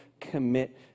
commit